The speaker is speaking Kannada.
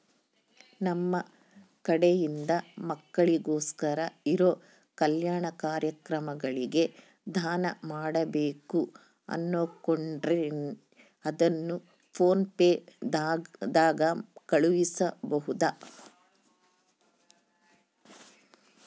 ನಮ್ಮ ಕಡೆಯಿಂದ ಮಕ್ಕಳಿಗೋಸ್ಕರ ಇರೋ ಕಲ್ಯಾಣ ಕಾರ್ಯಕ್ರಮಗಳಿಗೆ ದಾನ ಮಾಡಬೇಕು ಅನುಕೊಂಡಿನ್ರೇ ಅದನ್ನು ಪೋನ್ ಪೇ ದಾಗ ಕಳುಹಿಸಬಹುದಾ?